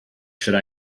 should